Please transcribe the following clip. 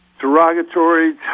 derogatory